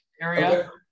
area